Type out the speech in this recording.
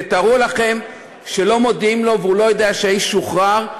תתארו לכם שלא מודיעים לו ושהוא לא יודע שהאיש שוחרר,